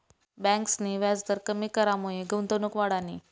ब्यांकसनी व्याजदर कमी करामुये गुंतवणूक वाढनी